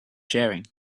sharing